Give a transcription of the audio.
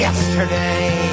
Yesterday